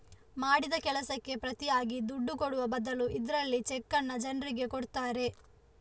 ಮಾಡಿದ ಕೆಲಸಕ್ಕೆ ಪ್ರತಿಯಾಗಿ ದುಡ್ಡು ಕೊಡುವ ಬದಲು ಇದ್ರಲ್ಲಿ ಚೆಕ್ಕನ್ನ ಜನ್ರಿಗೆ ಕೊಡ್ತಾರೆ